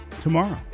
tomorrow